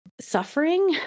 suffering